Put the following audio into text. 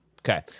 Okay